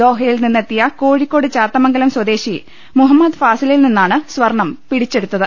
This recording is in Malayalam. ദോഹയിൽ നിന്നെത്തിയ കോഴിക്കോട് ചാത്തമംഗലം സ്വദേശി മുഹമ്മദ് ഫാസിലിൽ നിന്നാണ് സ്വർണ്ണം പിടിച്ചെടുത്തത്